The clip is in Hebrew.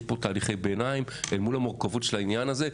יש פה תהליכי ביניים אל מול המורכבות של העניין הזה,